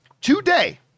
today